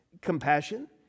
compassion